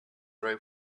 ray